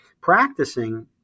practicing